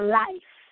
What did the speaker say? life